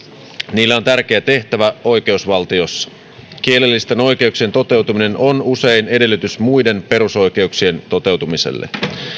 niillä on tärkeä tehtävä oikeusvaltiossa kielellisten oikeuksien toteutuminen on usein edellytys muiden perusoikeuksien toteutumiselle